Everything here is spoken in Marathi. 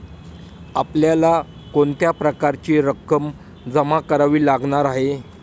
आपल्याला कोणत्या प्रकारची रक्कम जमा करावी लागणार आहे?